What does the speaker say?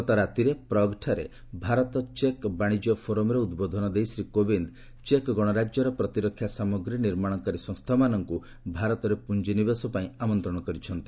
ଗତରାତିରେ ପ୍ରଗ୍ଠାରେ ଭାରତ ଚେକ୍ ବାଣିଜ୍ୟ ଫୋରମ୍ରେ ଉଦ୍ବୋଧନ ଦେଇ ଶ୍ରୀ କୋବିନ୍ଦ୍ ଚେକ୍ ଗଣରାଜ୍ୟର ପ୍ରତିରକ୍ଷା ସାମଗ୍ରୀ ନିମାଣକାରୀ ସଂସ୍ଥାମାନଙ୍କୁ ଭାରତରେ ପୁଞ୍ଜିନିବେଶପାଇଁ ଆମନ୍ତ୍ରଣ କରିଛନ୍ତି